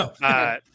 No